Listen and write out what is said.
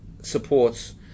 Supports